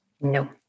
No